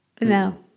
No